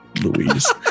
Louise